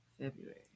February